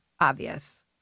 obvious